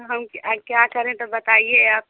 हम क्या करें तो बताइए आप